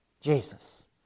Jesus